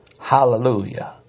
Hallelujah